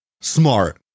Smart